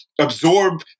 absorb